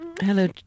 Hello